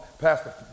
Pastor